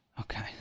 Okay